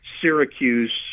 Syracuse